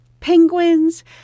penguins